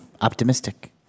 optimistic